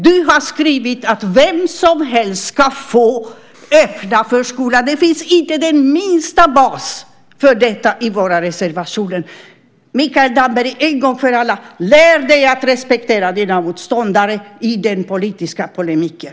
Du har skrivit att vem som helst ska få öppna förskola. Det finns inte den minsta bas för detta i våra reservationer. Mikael Damberg, en gång för alla: Lär dig att respektera dina motståndare i den politiska polemiken!